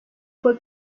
fue